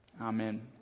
Amen